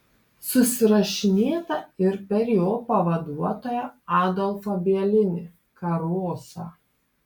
susirašinėta ir per jo pavaduotoją adolfą bielinį karosą